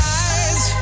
eyes